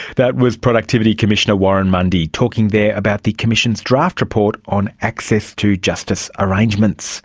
that was productivity commissioner warren mundy, talking there about the commission's draft report on access to justice arrangements